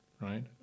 right